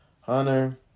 Hunter